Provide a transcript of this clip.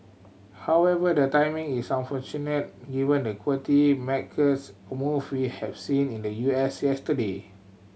however the timing is unfortunate given the equity move we have seen in the U S yesterday